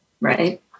right